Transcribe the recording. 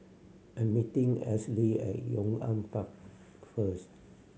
I'm meeting Esley at Yong An Park first